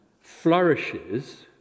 flourishes